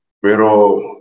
Pero